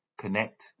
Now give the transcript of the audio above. Connect